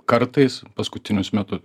kartais paskutinius metu